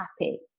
happy